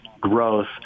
growth